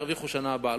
ירוויחו בשנה הבאה.